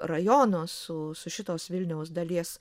rajono su šitos vilniaus dalies